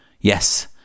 Yes